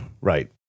Right